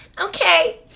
Okay